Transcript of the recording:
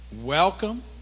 welcome